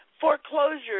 foreclosures